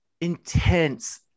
intense